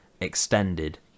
extended